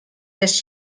les